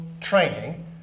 training